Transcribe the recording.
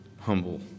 humble